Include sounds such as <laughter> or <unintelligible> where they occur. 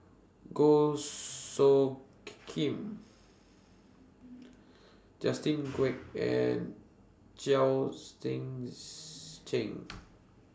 Goh Soo <noise> Khim Justin Quek and Chao Tzee <unintelligible> Cheng